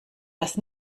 das